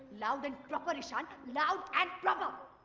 loud and proper ishaan. loud and proper.